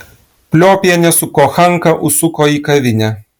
pliopienė su kochanka užsuko į kavinę